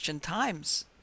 times